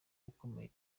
ukomeye